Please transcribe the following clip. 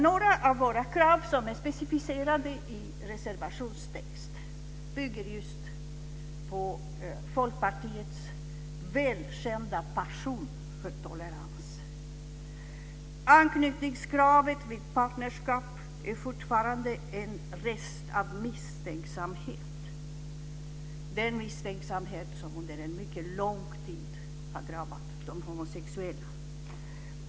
Några av våra krav som är specificerade i reservationstexten bygger just på Folkpartiets välkända passion för tolerans. Anknytningskravet vid partnerskap är fortfarande en rest av misstänksamhet, den misstänksamhet som under en mycket lång tid har drabbat de homosexuella.